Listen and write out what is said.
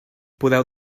podeu